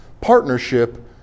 partnership